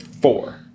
four